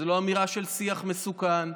זו לא אמירה של שיח מסוכן,